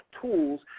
tools